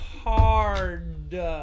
hard